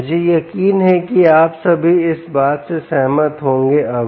मुझे यकीन है कि आप सभी इस बात से सहमत होंगे अब